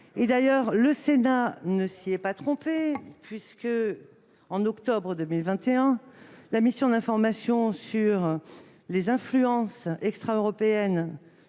Et donc ? Le Sénat ne s'y est pas trompé, puisque, en octobre 2021, la mission d'information sur les influences extraeuropéennes